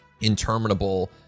interminable